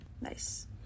Nice